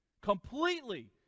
completely